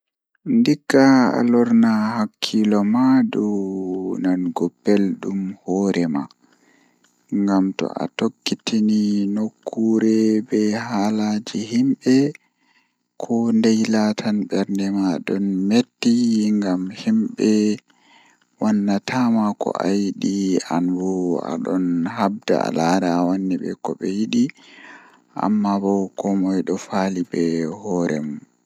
Ko ɗum waawugol, kono fota neɗɗo waɗataa njiddungol e personal happiness kadi, sabu ɗuum woodani semmbugol ɗi njamɗi. So a heɓi fota ngal, ɗuum njogitaa wonde kadi njarɗe, e jammaaji wattan. njogorde e jamii ko njaŋnguɗi ko naatude e jam, so no a waawi ndarugol e ɓamɗe heɓde hokkataaji ɗum.